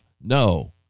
No